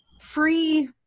free